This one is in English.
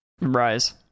Rise